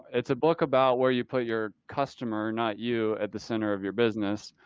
it's a book about where you put your customer, not you, at the center of your business,